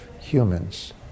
humans